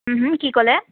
কি ক'লে